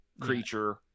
creature